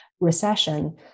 recession